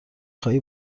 خواهی